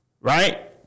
right